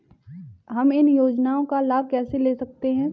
हम इन योजनाओं का लाभ कैसे ले सकते हैं?